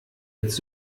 jetzt